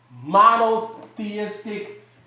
monotheistic